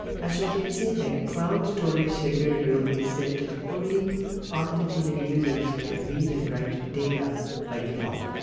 as you can see, the cloud storage security rule is set to only authenticated users can read and write data by default.